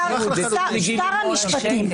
זה התחיל עם גיל לימון וממשיך עם אחרים.